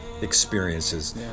experiences